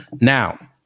now